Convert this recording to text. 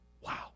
Wow